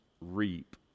reap